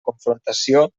confrontació